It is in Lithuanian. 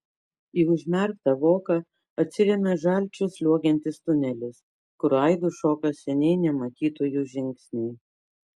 į užmerktą voką atsiremia žalčiu sliuogiantis tunelis kur aidu šoka seniai nematytųjų žingsniai